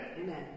Amen